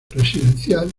residencial